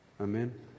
Amen